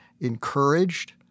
encouraged